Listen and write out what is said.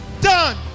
done